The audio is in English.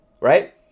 right